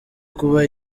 kuba